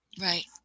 Right